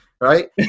Right